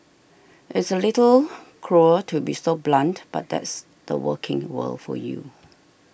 it's a little cruel to be so blunt but that's the working world for you